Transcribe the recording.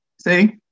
see